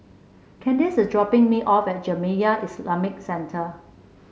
Candice is dropping me off at Jamiyah Islamic Centre